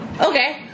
Okay